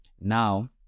Now